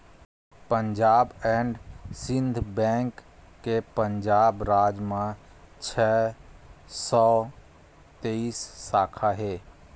Punjab and Sind bank के पंजाब राज म छै सौ तेइस साखा हे